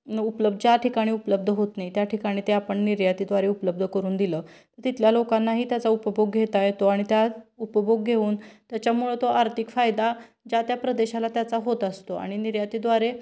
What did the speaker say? उपलब्ध ज्या ठिकाणी उपलब्ध होत नाही त्या ठिकाणी ते आपण निर्यातीद्वारे उपलब्ध करून दिलं तिथल्या लोकांनाही त्याचा उपभोग घेता येतो आणि त्या उपभोग घेऊन त्याच्यामुळं तो आर्थिक फायदा ज्या त्या प्रदेशाला त्याचा होत असतो आणि निर्यातीद्वारे